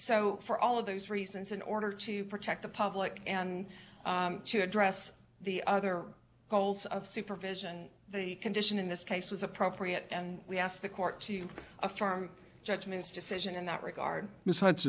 so for all of those reasons in order to protect the public and to address the other goals of supervision the condition in this case was appropriate and we asked the court to a farm judgments decision in that regard